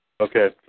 Okay